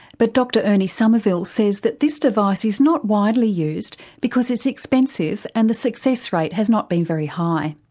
but dr ernie summerville says that this device is not widely used because it's expensive and the success rate has not been very high.